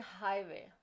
highway